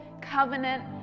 covenant